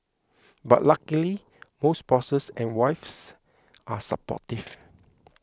but luckily most bosses and wives are supportive